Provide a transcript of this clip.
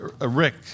Rick